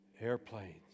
airplanes